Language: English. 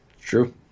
True